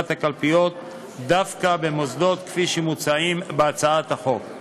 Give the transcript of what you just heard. הקלפיות דווקא במוסדות שמוצעים בהצעת החוק.